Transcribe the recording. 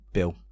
Bill